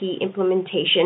implementation